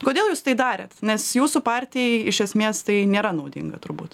kodėl jūs tai darėt nes jūsų partijai iš esmės tai nėra naudinga turbūt